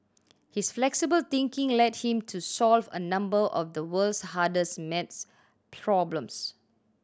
his flexible thinking led him to solve a number of the world's hardest maths problems